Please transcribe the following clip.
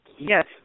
yes